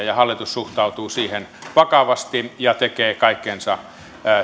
ja hallitus suhtautuu niihin vakavasti ja tekee